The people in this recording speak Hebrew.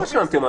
אתם רשמתם.